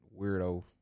weirdo